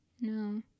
no